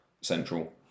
Central